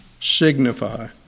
signify